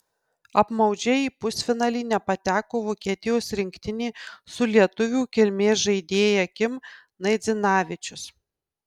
apmaudžiai į pusfinalį nepateko vokietijos rinktinė su lietuvių kilmės žaidėja kim naidzinavičius